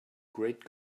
great